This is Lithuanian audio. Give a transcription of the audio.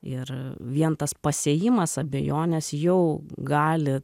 ir vien tas pasėjimas abejonės jau gali